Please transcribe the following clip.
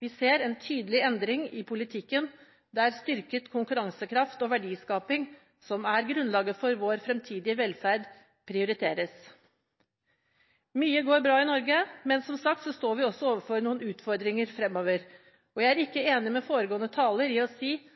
Vi ser en tydelig endring i politikken, der styrket konkurransekraft og verdiskaping, som er grunnlaget for vår fremtidige velferd, prioriteres. Mye går bra i Norge, men vi står som sagt også overfor noen utfordringer fremover. Jeg er ikke enig med foregående taler i